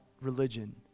religion